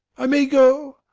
i may go?